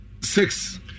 six